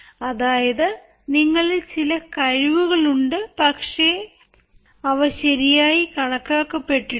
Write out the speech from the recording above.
അതായത് നിങ്ങളിൽ ചില കഴിവുകളുണ്ട് പക്ഷേ അവ ശരിയായി കണക്കാക്കപ്പെട്ടിട്ടില്ല